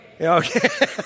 Okay